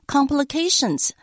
Complications